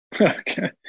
Okay